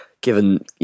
given